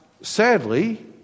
sadly